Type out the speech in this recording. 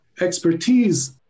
expertise